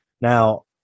Now